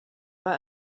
war